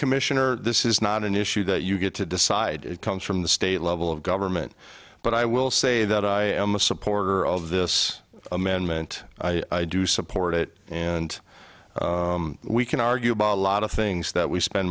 commissioner this is not an issue that you get to decide it comes from the state level of government but i will say that i am a supporter of this amendment i do support it and we can argue about a lot of things that we spend